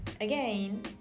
again